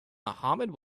mohammad